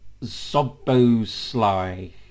Zobosly